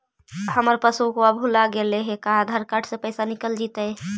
हमर पासबुक भुला गेले हे का आधार कार्ड से पैसा निकल जितै?